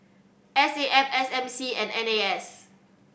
S A F S M C and N A S